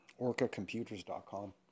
orcacomputers.com